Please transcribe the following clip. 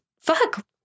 fuck